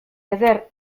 eder